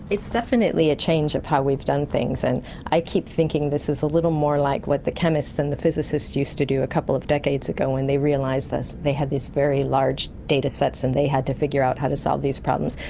it's definitely a change of how we've done things, and i keep thinking this is a little more like what the chemists and the physicists used to do a couple of decades ago when they realised they had these very large datasets and they had to figure out how to solve these problems,